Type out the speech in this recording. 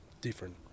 different